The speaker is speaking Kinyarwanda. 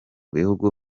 bihugu